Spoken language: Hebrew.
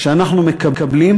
שאנחנו מקבלים,